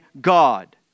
God